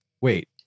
wait